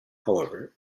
however